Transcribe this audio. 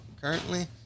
currently